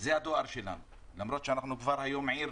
זה הדואר שלנו, למרות שאנחנו כבר היום עיר.